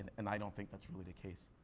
and i don't think that's really the case.